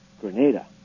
Grenada